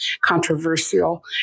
controversial